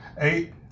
Eight